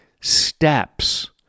steps